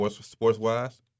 sports-wise